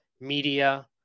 media